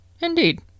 Indeed